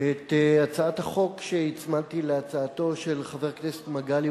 את הצעת החוק שהצמדתי להצעתו של חבר הכנסת מגלי